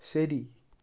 ശരി